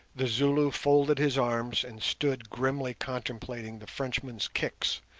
the zulu folded his arms and stood grimly contemplating the frenchman's kicks,